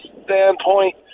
standpoint